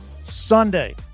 Sunday